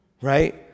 right